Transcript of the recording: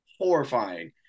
horrifying